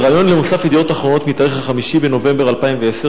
בריאיון למוסף "ידיעות אחרונות" מתאריך 5 בנובמבר 2010,